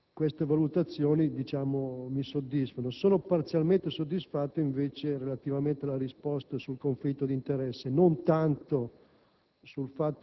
Queste valutazioni mi soddisfano. Sono parzialmente soddisfatto relativamente alla risposta sul conflitto di interessi: non tanto